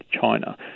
China